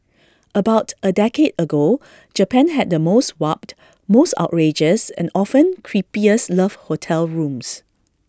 about A decade ago Japan had the most warped most outrageous and often creepiest love hotel rooms